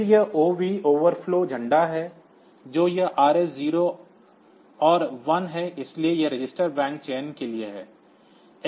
फिर यह OV overflow झंडा है तो यह RS 0 और 1 है इसलिए यह रजिस्टर बैंक चयन के लिए है